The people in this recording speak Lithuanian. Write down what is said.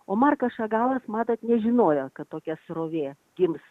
o markas šagalas matot nežinojo kad tokia srovė gims